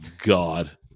God